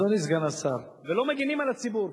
אדוני סגן השר, ולא מגינים על הציבור.